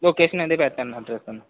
location అది పెట్టండి అడ్రస్సూను